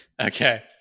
Okay